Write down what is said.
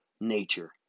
nature